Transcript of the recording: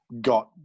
got